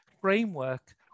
framework